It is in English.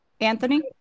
Anthony